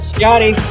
Scotty